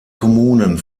kommunen